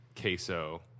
queso